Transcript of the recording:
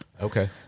Okay